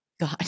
God